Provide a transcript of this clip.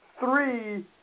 Three